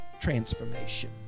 transformation